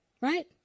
right